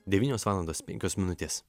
devynios valandos penkios minutės